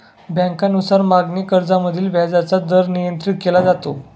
बँकांनुसार मागणी कर्जामधील व्याजाचा दर नियंत्रित केला जातो